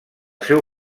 seu